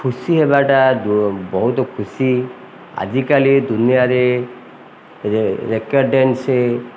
ଖୁସି ହେବାଟା ବହୁତ ଖୁସି ଆଜିକାଲି ଦୁନିଆରେ ରେକର୍ଡ଼୍ ଡ୍ୟାନ୍ସ